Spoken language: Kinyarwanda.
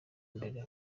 mbere